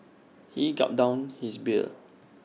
he gulped down his beer